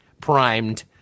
primed